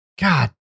God